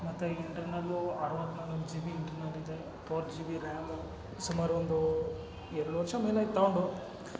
ಮತ್ತೆ ಇಂಟ್ರನಲ್ಲೂ ಅರವತ್ತು ನಾಲ್ಕು ಜಿ ಬಿ ಇಂಟ್ರ್ನಲ್ ಇದೆ ಪೋರ್ ಜಿ ಬಿ ರ್ಯಾಮು ಸುಮಾರು ಒಂದು ಎರಡು ವರ್ಷ ಮೇಲೆ ಆಯ್ತು ತಗೊಂಡು